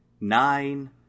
nine